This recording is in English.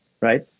right